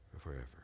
forever